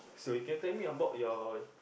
so you can tell me about your